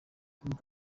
kim